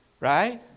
Right